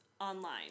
online